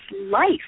life